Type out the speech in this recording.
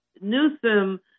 Newsom